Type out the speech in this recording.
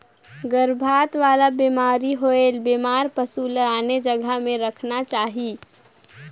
गरभपात वाला बेमारी होयले बेमार पसु ल आने जघा में रखना चाही